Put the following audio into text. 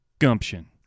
Gumption